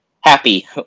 happy